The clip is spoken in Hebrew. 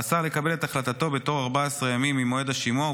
על השר לקבל את החלטתו בתוך 14 ימים ממועד השימוע,